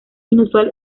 inusual